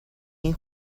این